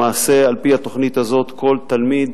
למעשה, על-פי התוכנית הזאת כל תלמיד